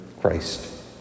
Christ